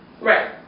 Right